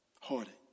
heartache